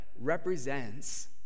represents